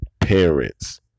parents